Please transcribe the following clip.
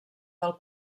del